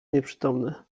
nieprzytomny